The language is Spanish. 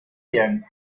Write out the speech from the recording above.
brian